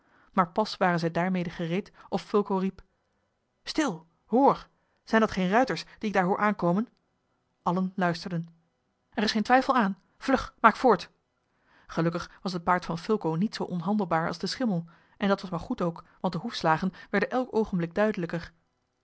maar pas waren zij daarmede gereed of fulco riep stil hoor zijn dat geen ruiters die ik daar hoor aankomen allen luisterden er is geen twijfel aan vlug maak voort gelukkig was het paard van fulco niet zoo onhandelbaar als de schimmel en dat was maar goed ook want de hoefslagen werden elk oogenblik duidelijker